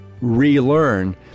relearn